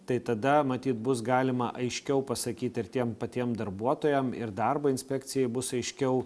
tai tada matyt bus galima aiškiau pasakyt ir tiems patiem darbuotojam ir darbui inspekcijai bus aiškiau